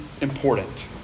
important